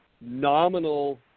nominal –